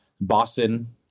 Boston